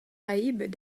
caraïbes